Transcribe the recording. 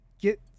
get